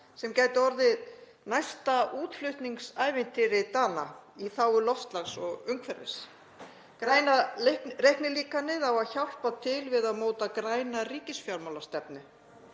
sem gæti orðið næsta útflutningsævintýri Dana í þágu loftslags og umhverfis. Græna reiknilíkanið á að hjálpa til við að móta græna ríkisfjármálastefnu.